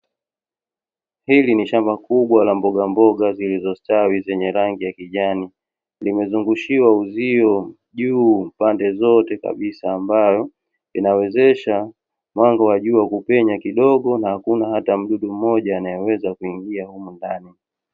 Hili ni shamba kubwa la mbogamboga zilzizostawi zenye rangi ya kijani, limezungushiwa uzio juu pande zote kabisa ambalo, inawezesha mwanga wa jua kupenya kidogo na hakuna hata mdudu mmoja anyeweza kuingia humo ndani.